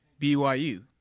BYU